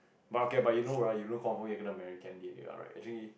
but okay but you know bruh you know confirm you're gonna marry Candy already ah actually